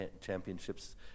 championships